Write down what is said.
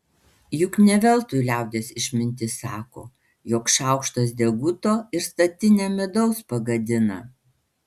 juk ne veltui liaudies išmintis sako jog šaukštas deguto ir statinę medaus pagadina